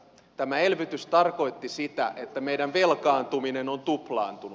tämä elvytys tarkoitti sitä että meidän velkaantuminen on tuplaantunut